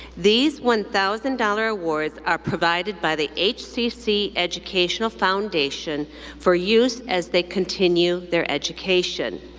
these one thousand dollars awards are provided by the hcc educational foundation for use as they continue their education.